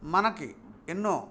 మనకు ఎన్నో